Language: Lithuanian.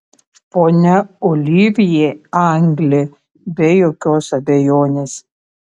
ponia olivjė anglė be jokios abejonės